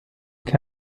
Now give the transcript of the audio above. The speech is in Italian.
che